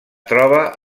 troba